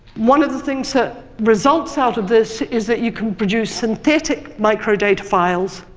one of the things that results out of this, is that you can produce synthetic microdata files.